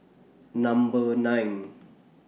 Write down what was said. Number nine